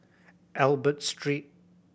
Albert Street